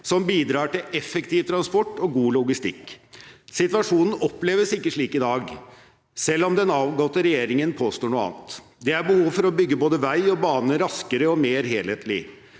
som bidrar til effektiv transport og god logistikk. Situasjonen oppleves ikke slik i dag, selv om den avgåtte regjeringen påstår noe annet. Det er behov for å bygge både vei og baner raskere og mer helhetlig.